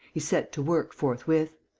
he set to work forthwith.